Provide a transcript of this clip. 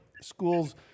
schools